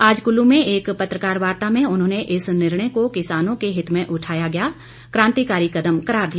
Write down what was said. आज कुल्लू में एक पत्रकार वार्ता में उन्होंने इस निर्णय को किसानों के हित में उठाया गया कांतिकारी कदम करार दिया